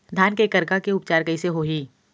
धान के करगा के उपचार कइसे होही?